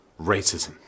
racism